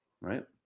right